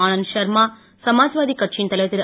ஆனந்த் ஷர்மா சமாஜ்வாதிக் கட்சியின் தலைவர் திரு